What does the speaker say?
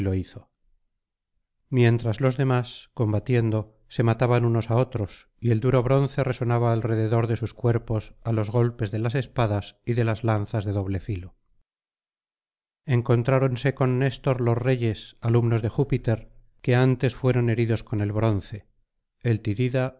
mientras los demás combatiendo se mataban unos á otros y el duro bronce resonaba alrededor de sus cuerpos á los golpes de las espadas y de las lanzas de doble filo encontrábanse con néstor los reyes alumnos de júpiter que antes fueron heridos con el bronce el tidida